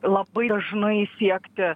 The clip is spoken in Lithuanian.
labai dažnai siekti